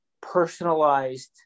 personalized